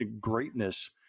greatness